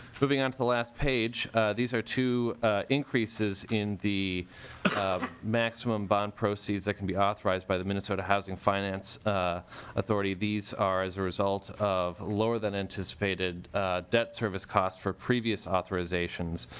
moving onto the last page these are two increases in the maximum bond proceeds that can be authorized by the minnesota housing and finance authority. these are as a result of lower than anticipated debt service costs for previous authorizations.